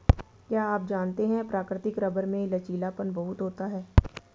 क्या आप जानते है प्राकृतिक रबर में लचीलापन बहुत होता है?